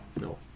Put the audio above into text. No